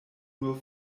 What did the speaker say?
nur